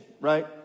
right